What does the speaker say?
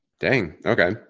dang. okay.